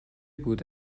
بود